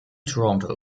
toronto